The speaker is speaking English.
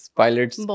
pilots